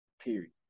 period